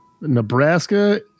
Nebraska